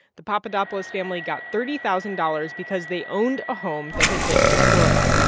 the papadopoulos family got thirty thousand dollars because they owned a home that had been destroyed.